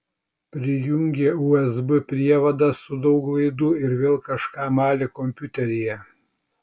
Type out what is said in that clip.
prijungė usb prievadą su daug laidų ir vėl kažką malė kompiuteryje